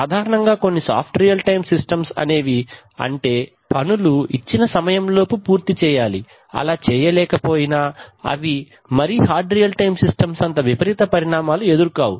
సాధారణముగా కొన్ని soft real time systems అనేవి అంటే పనులు ఇచ్చిన సమయం లోపు పూర్తి చేయాలి అలా చేయలేక పోయినా అవి మరీ హార్డ్ రియల్ టైమ్ సిస్టమ్స్ అంత విపరీత పరిణామాలు ఎదురు కావు